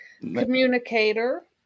communicator